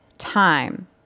time